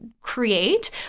create